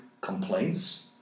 complaints